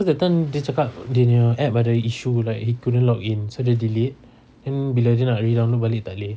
cause that time dia cakap dia punya app ada issue lah he couldn't log in so dia delete then bila dia nak redownload balik tak boleh